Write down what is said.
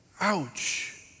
Ouch